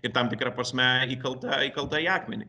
ir tam tikra prasme įkalta įkalta į akmenį